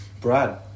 Brad